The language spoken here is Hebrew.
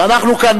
ואנחנו כאן,